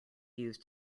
used